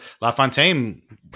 LaFontaine